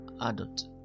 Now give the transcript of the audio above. adult